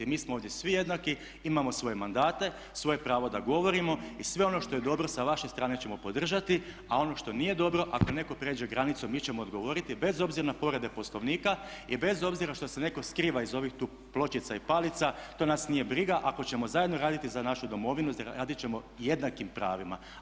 Mi smo ovdje svi jednaki, imamo svoje mandate, svoje pravo da govorimo i sve ono što je dobro sa vaše strane ćemo podržati a ono što nije dobro ako netko prijeđe granicu mi ćemo odgovoriti bez obzira na povrede Poslovnika i bez obzira što se netko skriva iza ovih tu pločica i palica to nas nije briga ako ćemo zajedno raditi za našu Domovinu radit ćemo jednakim pravima.